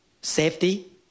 safety